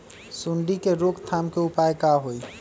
सूंडी के रोक थाम के उपाय का होई?